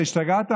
אתה השתגעת,